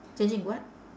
changing what